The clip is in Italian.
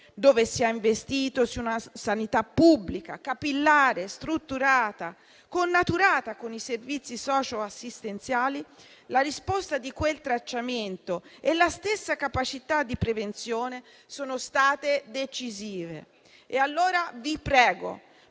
dove si è investito su una sanità pubblica, capillare, strutturata, connaturata con i servizi socioassistenziali, la risposta del tracciamento e la stessa capacità di prevenzione sono state decisive. Allora, vi prego,